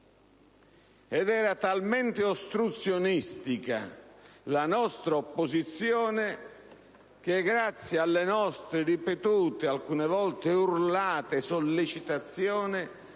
ed era talmente ostruzionistica la nostra opposizione che, grazie alle nostre ripetute, alcune volte urlate, sollecitazioni